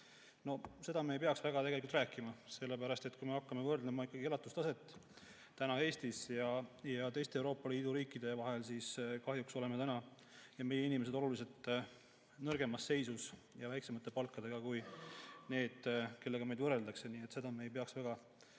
Seda me ei peaks tegelikult väga rääkima, sellepärast et kui me hakkame võrdlema elatustaset Eestis ja teistes Euroopa Liidu riikides, siis kahjuks on meie inimesed oluliselt nõrgemas seisus ja väiksemate palkadega kui need, kellega meid võrreldakse. Nii et seda me ei peaks väga